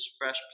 fresh